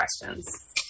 questions